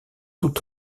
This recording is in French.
tout